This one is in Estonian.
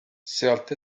sealt